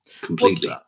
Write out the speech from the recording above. Completely